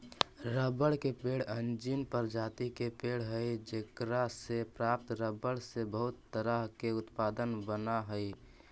रबड़ के पेड़ अंजीर प्रजाति के पेड़ हइ जेकरा से प्राप्त रबर से बहुत तरह के उत्पाद बनऽ हइ